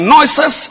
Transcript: Noises